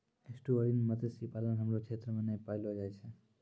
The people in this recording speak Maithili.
एस्टुअरिन मत्स्य पालन हमरो क्षेत्र मे नै पैलो जाय छै